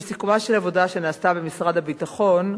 בסיכומה של עבודה שנעשתה במשרד הביטחון,